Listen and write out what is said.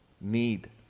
need